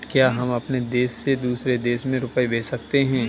क्या हम अपने देश से दूसरे देश में रुपये भेज सकते हैं?